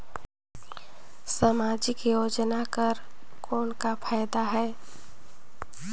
समाजिक योजना कर कौन का फायदा है?